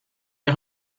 est